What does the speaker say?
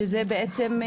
שזה בעצם,